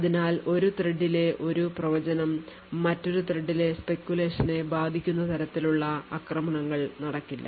അതിനാൽ ഒരു ത്രെഡിലെ ഒരു പ്രവചനം മറ്റൊരു ത്രെഡിലെ speculation നെ ബാധിക്കുന്ന തരത്തിലുള്ള ആക്രമണങ്ങൾ നടക്കില്ല